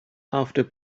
after